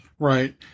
Right